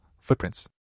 footprints